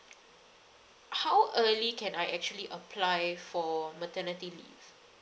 how early can I actually apply for maternity leave